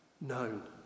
known